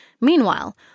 Meanwhile